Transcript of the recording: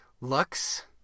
looks